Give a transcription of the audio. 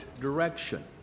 direction